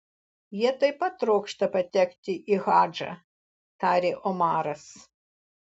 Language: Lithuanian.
jie taip pat trokšta patekti į hadžą tarė omaras